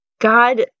God